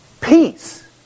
Peace